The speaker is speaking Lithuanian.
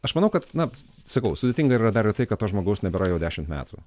aš manau kad na sakau sudėtinga yra dar ir tai kad to žmogaus nebėra jau dešimt metų